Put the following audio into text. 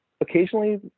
occasionally